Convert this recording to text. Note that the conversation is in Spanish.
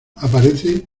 aparece